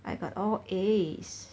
I got all As